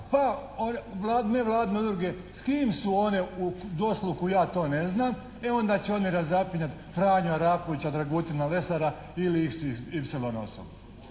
pa nevladine udruge s kim su one u dosluhu ja to ne znam, e onda će one razapinjati Franju Arapovića, Dragutina Lesara ili xy